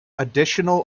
additional